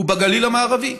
הוא בגליל המערבי.